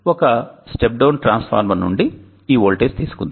ఒక step down transformer నుండి ఈ వోల్టేజ్ తీసుకుందాం